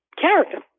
character